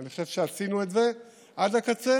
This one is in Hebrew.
ואני חושב שעשינו את זה עד הקצה,